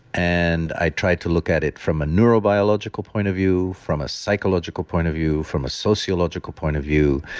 and i tried to look at it from a neuro-biological point of view, from a psychological point of view, from a sociological point of view,